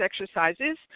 exercises